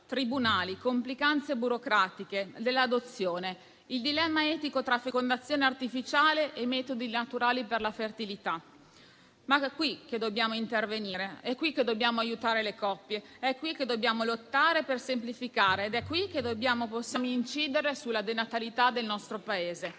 tribunali, le complicanze burocratiche dell'adozione, il dilemma etico tra fecondazione artificiale e metodi naturali per la fertilità. È qui che dobbiamo intervenire; è qui dobbiamo aiutare le coppie; è qui che dobbiamo lottare per semplificare; è qui che possiamo incidere sulla denatalità del nostro Paese.